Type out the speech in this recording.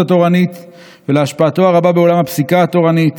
התורנית ולהשפעתו הרבה בעולם הפסיקה התורנית,